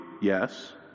Yes